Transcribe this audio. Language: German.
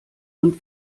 und